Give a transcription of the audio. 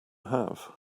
have